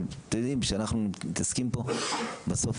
אבל אתם יודעים שאנחנו מתעסקים פה בסוף,